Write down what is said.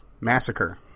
Massacre